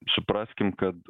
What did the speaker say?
supraskim kad